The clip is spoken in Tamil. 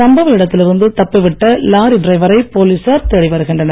சம்பவ இடத்தில் இருந்து தப்பிவிட்ட லாரி டிரைவரை போலீசார் தேடி வருகின்றனர்